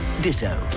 ditto